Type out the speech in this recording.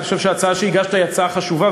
אני חושב שההצעה שהגשת היא הצעה חשובה,